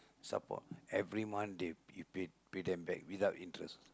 support every month they you pay pay them back without interest